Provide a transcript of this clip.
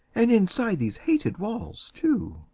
and inside these hated walls, too?